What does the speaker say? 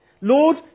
Lord